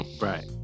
Right